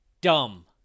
Dumb